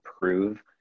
prove